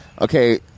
okay